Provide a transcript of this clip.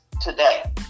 today